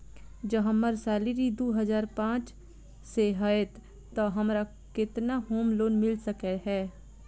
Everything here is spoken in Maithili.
जँ हम्मर सैलरी दु हजार पांच सै हएत तऽ हमरा केतना होम लोन मिल सकै है?